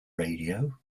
radio